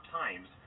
times